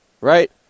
right